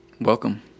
Welcome